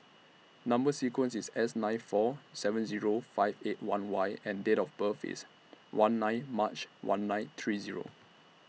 Number sequence IS S nine four seven Zero five eight one Y and Date of birth IS one nine March one nine three Zero